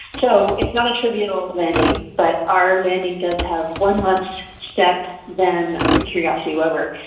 so it's not a trivial landing but our landing does have one less step than the curiosity rover.